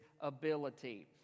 ability